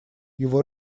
его